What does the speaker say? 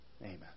Amen